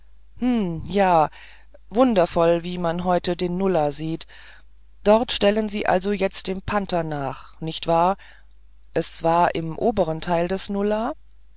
ja wundervoll wie deutlich man heute den nullah sieht dort stellen sie also jetzt dem panther nach nicht wahr es war im oberen teil des nullah